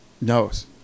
knows